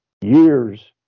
years